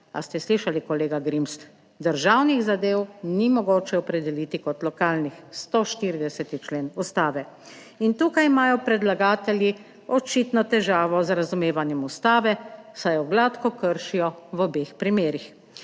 A ste slišali kolega Grims? - državnih zadev ni mogoče opredeliti kot lokalnih, 140. člen Ustave. In tukaj imajo predlagatelji očitno težavo, z razumevanjem Ustave, saj jo gladko kršijo, v obeh primerih.